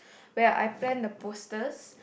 where I plan the posters